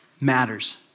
matters